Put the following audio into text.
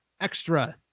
extra